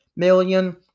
million